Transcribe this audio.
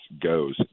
goes